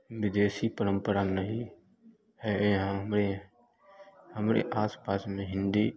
विदेशी परंपरा नहीं है यहाँ पे हमारे आसपास में हिंदी